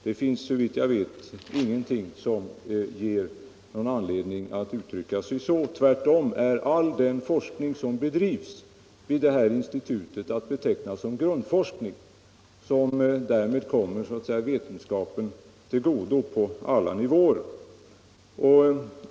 Det finns såvitt jag vet ingenting som ger anledning att uttrycka sig så. Tvärtom är all den forskning som bedrivs vid detta institut att beteckna som grundforskning, som därmed kommer vetenskapen till godo på alla nivåer.